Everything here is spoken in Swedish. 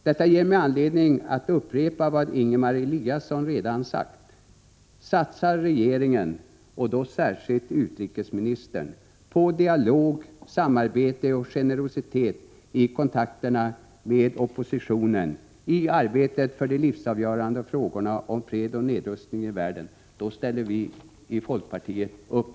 Detta ger mig anledning att upprepa vad Ingemar Eliasson redan sagt: Satsar regeringen, och då särskilt utrikesministern, på dialog, samarbete och generositet i kontakterna med oppositionen i arbetet för de livsavgörande frågorna om fred och nedrustning i världen, ställer vi i folkpartiet upp.